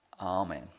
amen